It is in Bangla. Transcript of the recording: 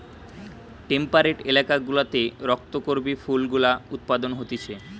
টেম্পারেট এলাকা গুলাতে রক্ত করবি ফুল গুলা উৎপাদন হতিছে